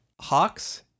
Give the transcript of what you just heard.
Hawks